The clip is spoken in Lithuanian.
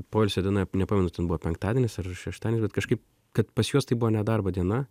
poilsio diena nepamenu ten buvo penktadienis ar šeštadienis vat kažkaip kad pas juos tai buvo ne darbo diena